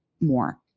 more